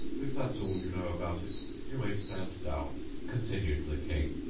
if that's all you know about it, you may stand down continued the king.